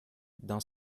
dans